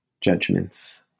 judgments